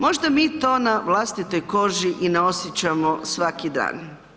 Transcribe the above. Možda mi to na vlastitoj koži i ne osjećamo svaki dan.